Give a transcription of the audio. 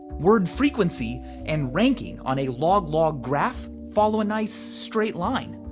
word frequency and ranking on a log log graph follow a nice straight line.